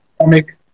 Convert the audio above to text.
comic